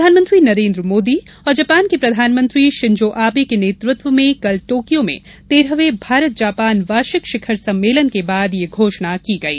प्रधानमंत्री नरेन्द्र मोदी और जापान के प्रधानमंत्री शिंजो आबे के नेतृत्व में कल टोकियो में तेरहवें भारत जापान वार्षिक शिखर सम्मेलन के बाद यह घोषणा की गई